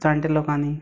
जाणट्या लोकांनी